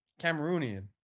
Cameroonian